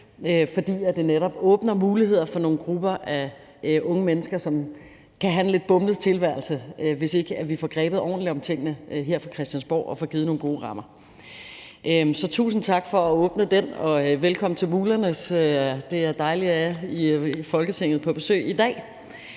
fordi det netop åbner muligheder for nogle grupper af unge mennesker, som kan få en lidt bumlet tilværelse, hvis ikke vi får grebet ordentligt om tingene her fra Christiansborg og får givet nogle gode rammer. Så tusind tak for at åbne for det, og velkommen til Mulernes Legatskole. Det er dejligt, at I er på besøg i Folketinget i dag.